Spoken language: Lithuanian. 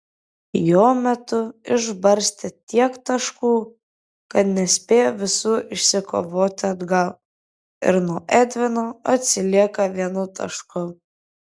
jo metu išbarstė tiek taškų kad nespėjo visų išsikovoti atgal ir nuo edvino atsilieka vienu tašku